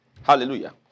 Hallelujah